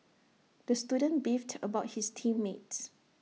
the student beefed about his team mates